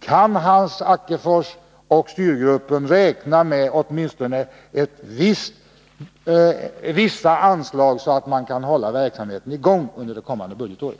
Kan Hans Ackefors och styrgruppen räkna med åtminstone vissa anslag, så att de kan hålla verksamheten i gång under det kommande budgetåret?